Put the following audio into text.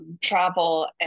travel